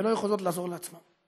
ולא יכולות לעזור לעצמן.